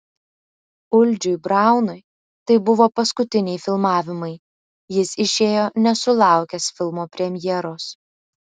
uldžiui braunui tai buvo paskutiniai filmavimai jis išėjo nesulaukęs filmo premjeros